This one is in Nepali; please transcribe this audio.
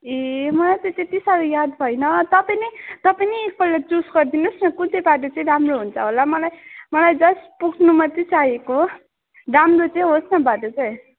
ए मलाई त त्यति साह्रो याद भएन तपाईँ नि तपाईँ नि एकपल्ट चुज गरिदिनुहोस् न कुन चाहिँ बाटो चाहिँ राम्रो हुन्छ होला मलाई मलाई जस्ट पुग्नु मात्रै चाहेको राम्रो चाहिँ होस् न बाटो चाहिँ